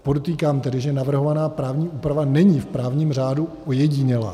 Podotýkám tedy, že navrhovaná právní úprava není v právním řádu ojedinělá.